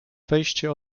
wejście